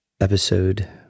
episode